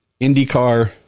IndyCar